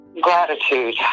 Gratitude